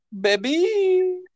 baby